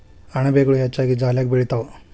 ಅಣಬೆಗಳು ಹೆಚ್ಚಾಗಿ ಜಾಲ್ಯಾಗ ಬೆಳಿತಾವ